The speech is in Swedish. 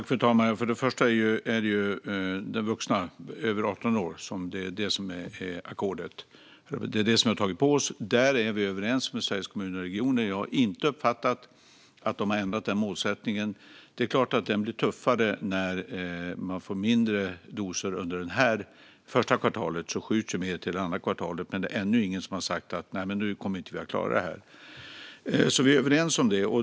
Fru talman! Först och främst är ackordet alla vuxna över 18 år, och det är det ackordet vi har tagit på oss. Där är vi överens med Sveriges Kommuner och Regioner. Jag har inte uppfattat att de har ändrat det målet. Det är klart att det blir tuffare när det blir färre doser under det första kvartalet. Då skjuts mer över till andra kvartalet. Men det är ännu ingen som har sagt att vi inte kommer att klara detta. Vi är överens.